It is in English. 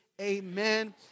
Amen